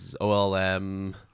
OLM